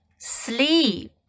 sleep